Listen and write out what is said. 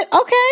Okay